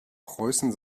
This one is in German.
preußen